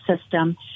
system